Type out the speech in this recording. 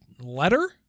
letter